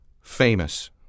famous